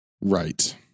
Right